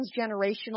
transgenerational